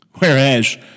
whereas